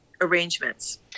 arrangements